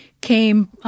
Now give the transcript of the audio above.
came –